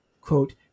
quote